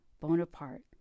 Bonaparte